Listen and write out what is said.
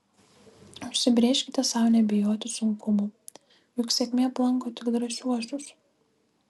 užsibrėžkite sau nebijoti sunkumų juk sėkmė aplanko tik drąsiuosius